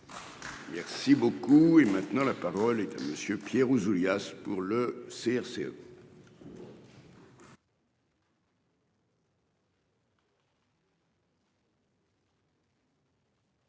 Si beaucoup et maintenant la parole est à monsieur Pierre Ouzoulias pour le CRCE.